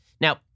Now